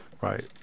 right